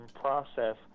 process